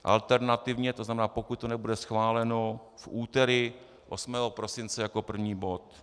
Alternativně, to znamená pokud to nebude schváleno, v úterý 8. prosince jako první bod.